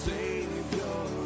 Savior